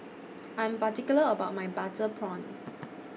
I Am particular about My Butter Prawn